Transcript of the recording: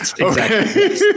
okay